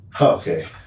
Okay